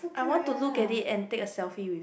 I want to look at it and take a selfie with